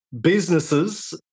businesses